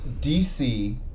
dc